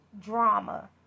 drama